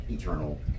eternal